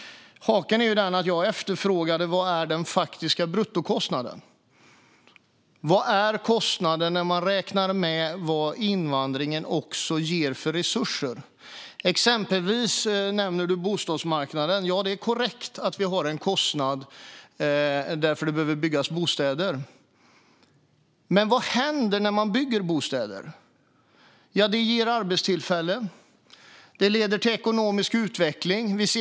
Haken är den att jag efterfrågade den faktiska bruttokostnaden. Vad är kostnaden när man räknar med vad invandringen också ger för resurser? Du nämner exempelvis bostadsmarknaden. Ja, det är korrekt att vi har en kostnad därför att det behöver byggas bostäder. Men vad händer när man bygger bostäder? Jo, det ger arbetstillfällen, och det leder till ekonomisk utveckling.